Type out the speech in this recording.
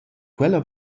quella